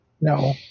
No